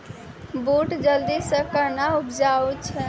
बूट जल्दी से कहना उपजाऊ छ?